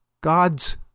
God's